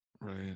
right